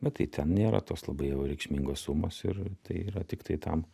bet tai ten nėra tos labai jau reikšmingos sumos ir tai yra tiktai tam